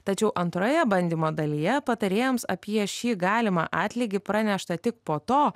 tačiau antroje bandymo dalyje patarėjams apie šį galimą atlygį pranešta tik po to